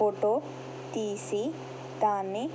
photo తీసి దాన్ని